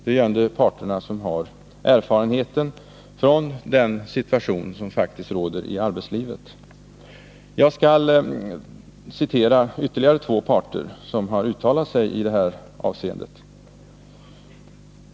Det är ju ändå parterna som har erfarenhet av den situation som faktiskt råder i arbetslivet. Jag skall citera ytterligare två parter som har uttalat sig i detta avseende.